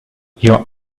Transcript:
your